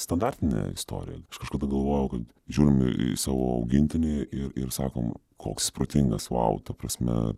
standartinė istorija kažkada galvojau kad žiūrim į savo augintinį ir ir sakom koks protingas vau ta prasme